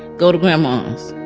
go to grandma's.